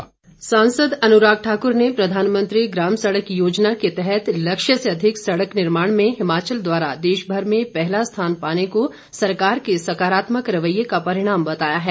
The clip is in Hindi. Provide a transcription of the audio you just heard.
अनुराग सांसद अनुराग ठाकुर ने प्रधानमंत्री ग्राम सड़क योजना के तहत लक्ष्य से अधिक सड़क निर्माण में हिमाचल द्वारा देश भर में पहला स्थान पाने को सरकार के सकारात्मक रवैये का परिणाम बताया है